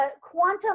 quantum